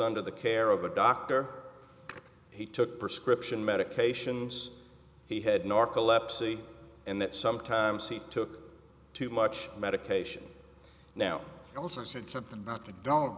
under the care of a doctor he took prescription medications he had narcolepsy and that sometimes he took too much medication now also said something about the do